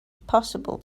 possible